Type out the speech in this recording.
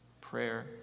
prayer